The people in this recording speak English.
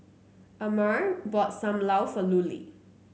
Amare bought Sam Lau for Lulie